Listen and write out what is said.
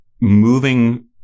moving